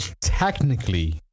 technically